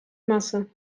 masse